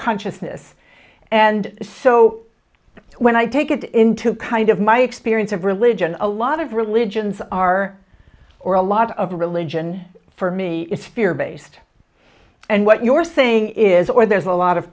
consciousness and so when i take it into kind of my experience of religion a lot of religions are or a lot of religion for me is fear based and what you're saying is or there's a lot of